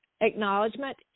acknowledgement